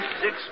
six